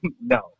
No